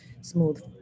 smooth